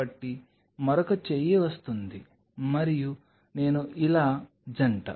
కాబట్టి మరొక చేయి వస్తుంది మరియు నేను ఇలా జంట